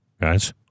Guys